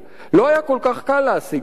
לא היה כל כך קל להשיג אוכל,